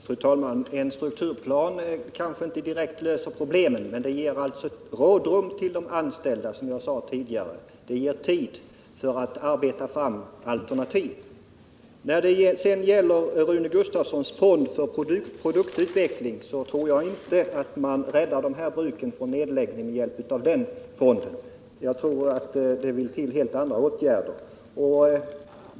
Fru talman! En strukturplan kanske inte direkt löser alla problem, men den ger, som jag sade tidigare, de anställda ett rådrum — den ger tid att arbeta fram alternativ. När det gäller Rune Gustavssons fond för produktutveckling tror jag inte att man räddar de här bruken från nedläggning med hjälp av en sådan fond. Jag tror att det vill till helt andra åtgärder.